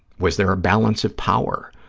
was there a balance of power?